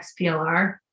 XPLR